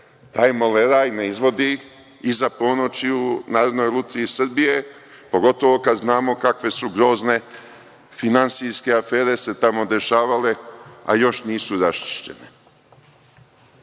taj moleraj ne izvodi iza ponoći u Narodnoj lutriji Srbije, pogotovo kad znamo kakve su se grozne finansijske afere tamo dešavale, a još nisu raščišćene.